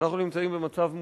אנחנו נמצאים במצב מוזר,